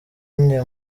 njye